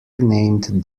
renamed